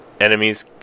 enemies